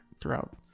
throughout